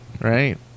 Right